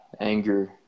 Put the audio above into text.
Anger